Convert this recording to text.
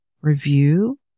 review